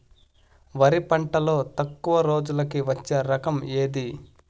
వరి పంటలో తక్కువ రోజులకి వచ్చే రకం ఏది?